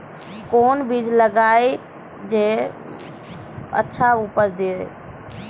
कोंन बीज लगैय जे अच्छा उपज दिये?